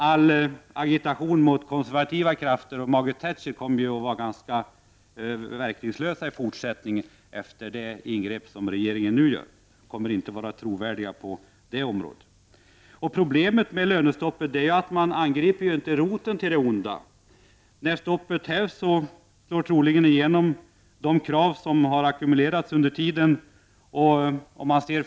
All agitation mot konservativa krafter och mot Margaret Thatcher kommer ju att vara ganska verkningslös i fortsättningen, efter det ingrepp som regeringen nu gör. Ni kommer inte att vara trovärdiga på det området. Problemet med lönestoppet är att man inte angriper roten till det onda. När stoppet hävs, kommer troligen de krav som har ackumulerats under tiden att slå igenom.